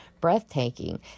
breathtaking